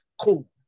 cool